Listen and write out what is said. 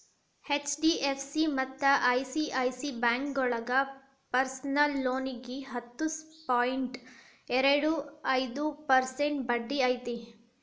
HDFC ಮತ್ತ ICICI ಬ್ಯಾಂಕೋಳಗ personal ಲೋನಿಗಿ ಹತ್ತು ಪಾಯಿಂಟ್ ಎರಡು ಐದು ಪರ್ಸೆಂಟ್ ಬಡ್ಡಿ ಐತಿ